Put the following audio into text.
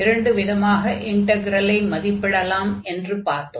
இரண்டு விதமாக இன்டக்ரலை மதிப்பிடலாம் என்று பார்த்தோம்